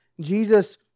Jesus